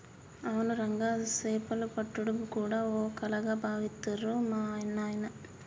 అవును రంగా సేపలు పట్టుడు గూడా ఓ కళగా బావిత్తరు మా నాయిన